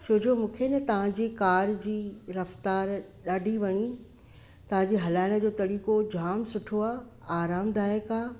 छो जो मूंखे न तव्हां जी कार जी रफ़्तारु ॾाढी वणी तव्हां जी हलाइण जो तरीक़ो जाम सुठो आहे आरामदाइकु आहे